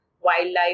wildlife